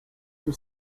for